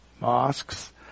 mosques